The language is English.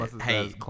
hey